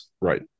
Right